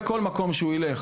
בכל מקום שהוא ילך